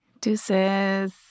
deuces